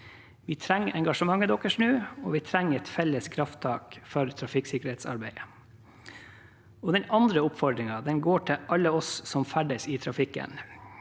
Vi trenger engasjementet deres nå, og vi trenger et felles krafttak for trafikksikkerhetsarbeidet. Den andre oppfordringen går til alle oss som ferdes i trafikken.